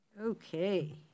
Okay